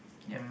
yup